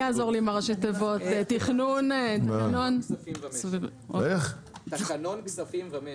תקנון כספים ומשק.